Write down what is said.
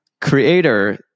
creator